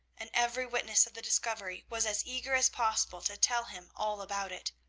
and every witness of the discovery was as eager as possible to tell him all about it.